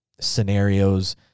scenarios